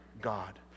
God